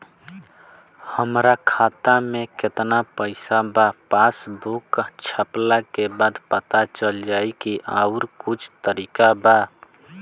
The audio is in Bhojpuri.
हमरा खाता में केतना पइसा बा पासबुक छपला के बाद पता चल जाई कि आउर कुछ तरिका बा?